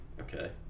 Okay